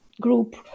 group